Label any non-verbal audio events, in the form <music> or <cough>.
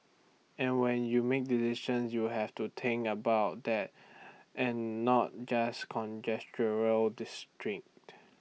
and when you make decisions you have to think about that and not just <unintelligible> district